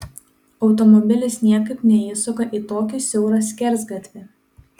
automobilis niekaip neįsuka į tokį siaurą skersgatvį